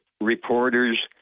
reporters